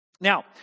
Now